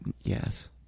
Yes